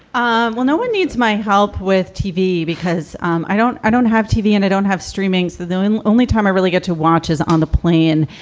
ah well, no one needs my help with tv because um i don't i don't have tv and don't have streaming the and only time i really get to watch is on the plane.